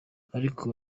ariko